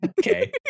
okay